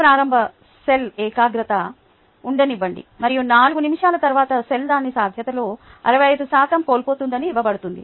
X ప్రారంభ cell ఏకాగ్రతగా ఉండనివ్వండి మరియు 4 నిమిషాల తరువాత సెల్ దాని సాధ్యతలో 65 శాతం కోల్పోతుందని ఇవ్వబడుతుంది